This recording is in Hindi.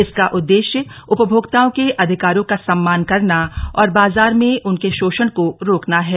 इसका उद्देश्य उपभोक्ताओं के अधिकारों का सम्मान करना और बाजार में उनके शोषण को रोकना है